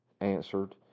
answered